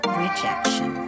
rejection